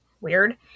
Weird